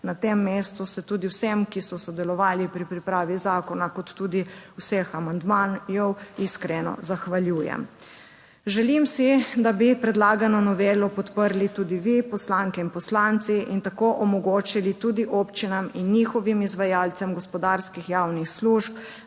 Na tem mestu se tudi vsem, ki so sodelovali pri pripravi zakona kot tudi vseh amandmajev iskreno zahvaljujem. Želim si, da bi predlagano novelo podprli tudi vi, poslanke in poslanci in tako omogočili tudi občinam in njihovim izvajalcem gospodarskih javnih služb,